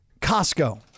Costco